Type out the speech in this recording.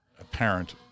apparent